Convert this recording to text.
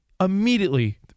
Immediately